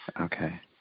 Okay